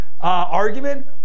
argument